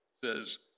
says